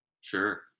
Sure